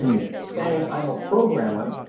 if you're saying i'm a programmer,